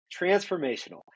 transformational